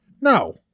No